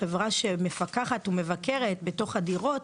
כחברה שמפקחת ומבקרת בתוך הדירות,